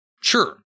Sure